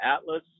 atlas